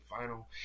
final